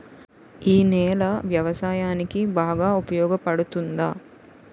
ఈ నేల వ్యవసాయానికి బాగా ఉపయోగపడుతుందా?